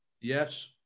Yes